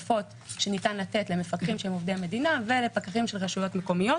ופתאום הדברים האלה הם אסורים,